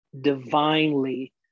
divinely